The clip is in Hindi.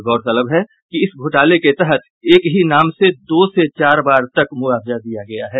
गौरतलब है कि इस घोटाले के तहत एक ही नाम से दो से चार बार तक मुआवजा दिया गया है